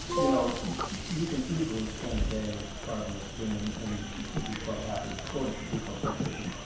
you know you can easily spend a day carving a spoon and be quite happy or be quite frustrated